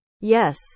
Yes